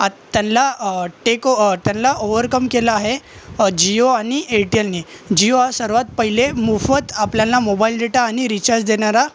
आत त्यानला टेक ओ त्यानला ओवरकम केला आहे जिओ आणि एयरटेलनी जिओ हा सर्वात पहिले मोफत आपल्याला मोबाईल डेटा आणि रीचार्ज देणारा